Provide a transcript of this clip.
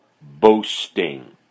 boasting